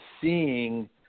seeing